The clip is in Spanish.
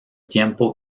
tiempo